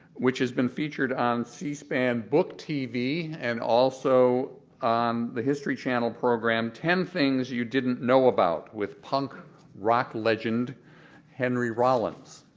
which has been featured on c-span book tv and also on the history channel program ten things you didn't know about with punk rock legend henry rollins.